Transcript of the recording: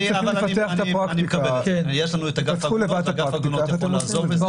יש לנו את אגף עגונות שיכול לעזור בזה.